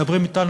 מדברים אתנו,